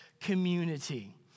community